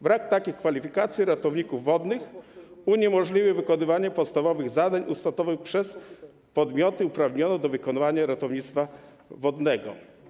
Brak takich kwalifikacji ratowników wodnych uniemożliwi wykonywanie podstawowych zadań ustawowych przez podmioty uprawnione do wykonywania ratownictwa wodnego.